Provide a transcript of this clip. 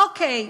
אוקיי,